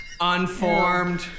unformed